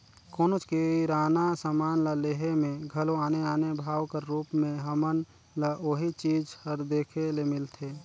कोनोच किराना समान ल लेहे में घलो आने आने भाव कर रूप में हमन ल ओही चीज हर देखे ले मिलथे